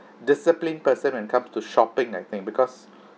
disciplined person when come to shopping I think because